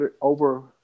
over